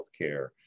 healthcare